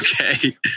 okay